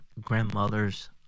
grandmothers